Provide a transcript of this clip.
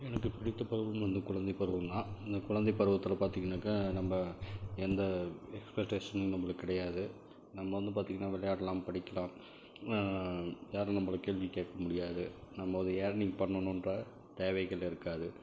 எனக்குப் பிடித்த பருவம் வந்து குழந்தைப் பருவம்தான் அந்தக் குழந்தைப் பருவத்தில் பார்த்திங்கனக்கா நம்ம எந்த எக்ஸ்பெட்டேஷனும் நம்மளுக்கு கிடையாது நம்ம வந்து பார்த்திங்கன்னா விளையாடலாம் படிக்கலாம் யாரும் நம்மளை கேள்வி கேட்க முடியாது நம்ம அது யேர்னிங் பண்ணணுகிற தேவைகள் இருக்காது